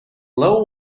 low